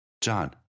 John